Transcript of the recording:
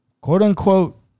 quote-unquote